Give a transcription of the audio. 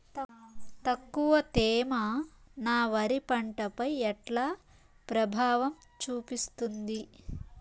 తక్కువ తేమ నా వరి పంట పై ఎట్లా ప్రభావం చూపిస్తుంది?